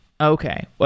Okay